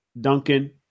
Duncan